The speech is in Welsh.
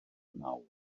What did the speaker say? nawr